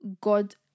god